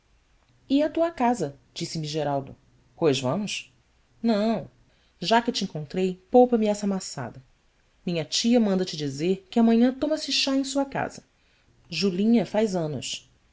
à tua casa disse-me eraldo ois vamos não já que te encontrei poupa me essa maçada minha tia manda te dizer que amanhã toma-se chá em sua casa julinha faz anos